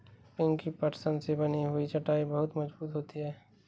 पिंकी पटसन से बनी हुई चटाई बहुत मजबूत होती है